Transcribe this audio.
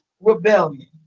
rebellion